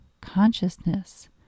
consciousness